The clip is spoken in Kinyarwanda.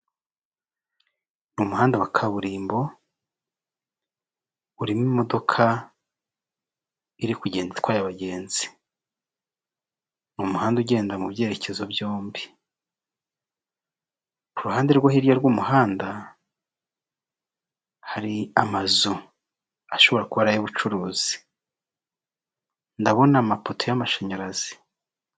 Umuhanda wa kaburimbo urimo imodoka abagenzi. Umuhanda ugenda mu byerekezo byombi kuruhande rwo hirya rw'umuhanda hari amazu ashobora kuba ari ay'ubucuruzi ndabona amapoto y'amashanyarazi.